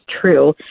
true